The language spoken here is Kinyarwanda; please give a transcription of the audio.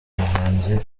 muhanzi